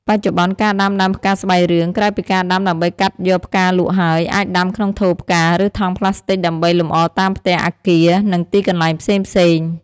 បច្ចុប្បន្នការដាំដើមផ្កាស្បៃរឿង ក្រៅពីការដាំដើម្បីកាត់យកផ្កាលក់ហើយ អាចដាំក្នុងថូផ្កា ឬថង់ប្លាស្ទិកដើម្បីលំអតាមផ្ទះ អាគារ និងទីកន្លែងផ្សេងៗ។